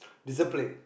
discipline